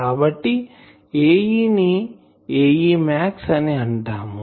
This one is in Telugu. కాబట్టి Ae ని Ae మ్యాక్స్ అని అంటాము